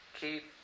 keep